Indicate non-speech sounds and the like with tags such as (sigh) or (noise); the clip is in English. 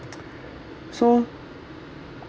(noise) so